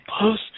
post